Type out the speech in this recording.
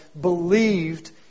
believed